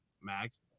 Max